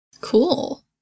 Cool